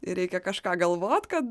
ir reikia kažką galvot kad